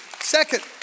second